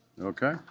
Okay